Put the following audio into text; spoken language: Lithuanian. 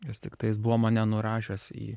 vis tiktai jis buvo mane nurašęs į